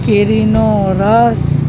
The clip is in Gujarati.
કેરીનો રસ